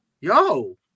yo